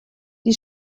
die